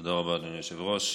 תודה רבה, אדוני היושב-ראש.